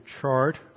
chart